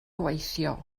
gweithio